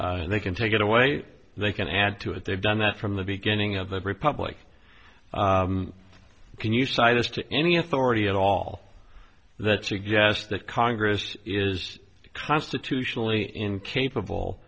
and they can take it away they can add to it they've done that from the beginning of the republic can you cite this to any authority at all that suggests that congress is constitutionally incapable